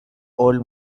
old